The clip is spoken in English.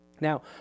Now